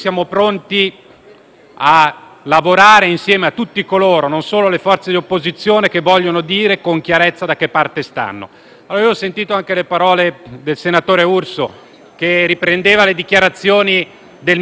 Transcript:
a lavorare insieme a tutti coloro, non solo le forze di opposizione, vogliano dire con chiarezza da che parte stanno. Ho sentito anche le parole del senatore Urso che riprendevano le dichiarazioni del ministro Salvini.